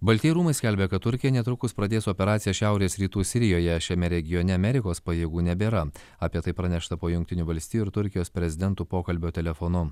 baltieji rūmai skelbia kad turkija netrukus pradės operaciją šiaurės rytų sirijoje šiame regione amerikos pajėgų nebėra apie tai pranešta po jungtinių valstijų ir turkijos prezidentų pokalbio telefonu